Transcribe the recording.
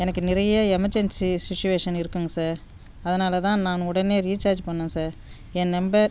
எனக்கு நிறைய emergency situation இருக்குங்க சார் அதனால் தான் நான் உடனே ரீசார்ஜ் பண்ணேன் சார் என் நம்பர்